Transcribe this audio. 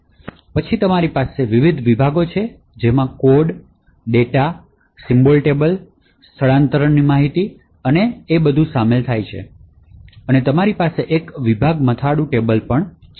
પછી તમારી પાસે વિવિધ વિભાગો છે જેમાં કોડ ડેટા સિમ્બોલ ટેબલ સ્થાનાંતરણની માહિતી અને તેથી વધુ શામેલ છે અને તમારી પાસે એક વિભાગ મથાળું ટેબલ પણ છે